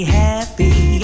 happy